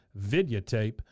videotape